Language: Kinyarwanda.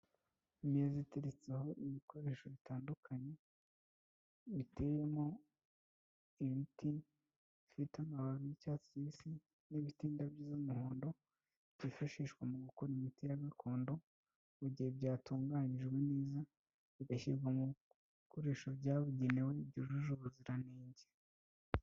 Imeza iteretseho ibikoresho bitandukanye, biteyemo ibiti, bifite amababi y'icyatsi kibisi n'ibifite indabyo z'umuhondo, byifashishwa mu gukora imiti ya gakondo, mu gihe byatunganyijwe neza bigashyirwa mu bikoresho byabugenewe byujuje ubuziranenge.